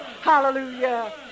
hallelujah